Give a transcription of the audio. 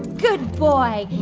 good boy.